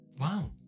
wow